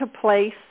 place